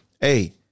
hey